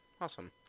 Awesome